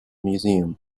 museum